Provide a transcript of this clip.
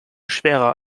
schwerer